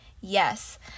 Yes